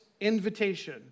invitation